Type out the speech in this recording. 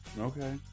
Okay